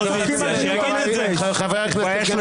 חברת הכנסת